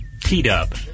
T-dub